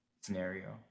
scenario